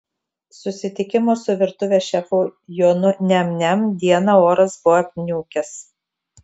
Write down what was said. susitikimo su virtuvės šefu jonu niam niam dieną oras buvo apniukęs